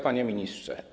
Panie Ministrze!